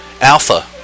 Alpha